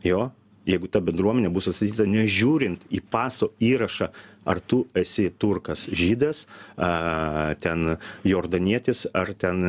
jo jeigu ta bendruomenė bus atstatyta nežiūrint į paso įrašą ar tu esi turkas žydas a ten jordanietis ar ten